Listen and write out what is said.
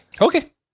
Okay